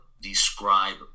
describe